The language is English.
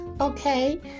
okay